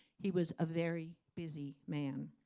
he was a very busy man.